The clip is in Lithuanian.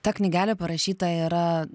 ta knygelė parašyta yra